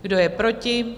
Kdo je proti?